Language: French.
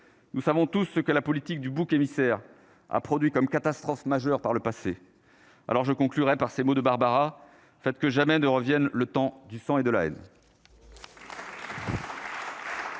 nous savons tous ce que la politique du bouc émissaire a produit comme catastrophe majeure par le passé, alors je conclurai par ces mots de Barbara fait que jamais ne revienne le temps du et de la haine.